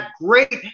great